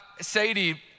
Sadie